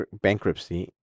bankruptcy